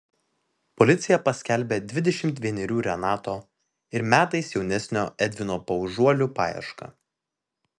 policija paskelbė dvidešimt vienerių renato ir metais jaunesnio edvino paužuolių paiešką